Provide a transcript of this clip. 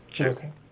Okay